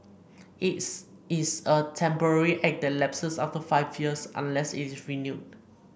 its it is a temporary act that lapses after five years unless it is renewed